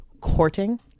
courting